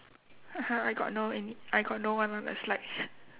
I go no any I got no one on the slide